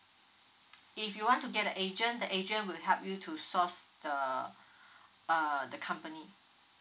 if you want to get the agent the agent will help you to source the uh the company